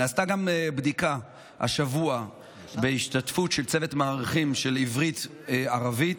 השבוע נעשתה בדיקה בהשתתפות צוות מערכים של עברית-ערבית